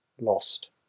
lost